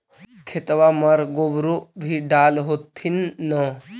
खेतबा मर गोबरो भी डाल होथिन न?